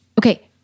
okay